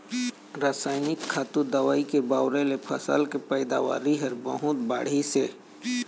रसइनिक खातू, दवई के बउरे ले फसल के पइदावारी ह बहुत बाढ़िस हे